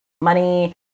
money